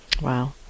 Wow